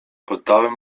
poddałem